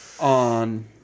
On